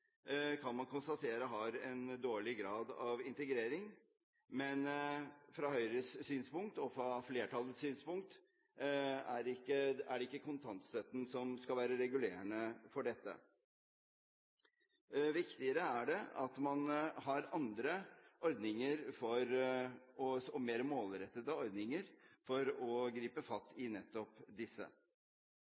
kan man konstatere har en dårlig grad av integrering, men fra Høyres synspunkt og fra flertallets synspunkt er det ikke kontantstøtten som skal være regulerende for dette. Viktigere er det at man har andre og mer målrettede ordninger for å gripe fatt i nettopp disse.